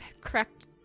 cracked